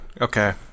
Okay